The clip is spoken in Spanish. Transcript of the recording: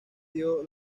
dio